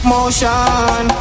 Motion